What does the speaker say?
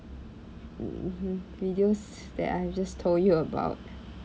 videos that I've just told you about